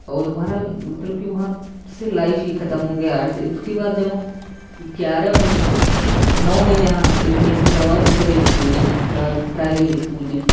और हमारा मतलब कि वहाँ से लाइफ ही खतम हो गया आठ से उसके बाद जब हम ग्यारह में नौ में यहाँ एडमिशन करवाए दूसरे स्कूल में प्र प्राइवेट स्कूल में